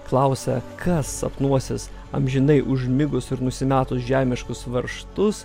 klausia kas sapnuosis amžinai užmigus ir nusimetus žemiškus varžtus